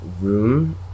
room